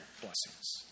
blessings